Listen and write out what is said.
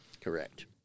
Correct